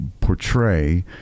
portray